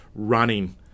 Running